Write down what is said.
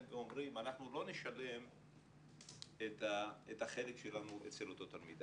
ואומרים שאתם לא תשלמו את החלק שלכם לאותו תלמיד.